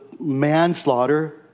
manslaughter